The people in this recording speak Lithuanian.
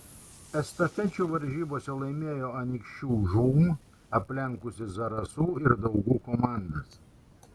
estafečių varžybose laimėjo anykščių žūm aplenkusi zarasų ir daugų komandas